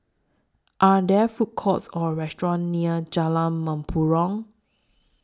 Are There Food Courts Or restaurants near Jalan Mempurong